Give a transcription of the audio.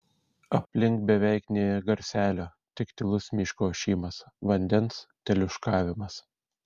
aplink beveik nė garselio tik tylus miško ošimas vandens teliūškavimas